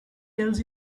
tells